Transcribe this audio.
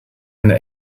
eine